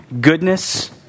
goodness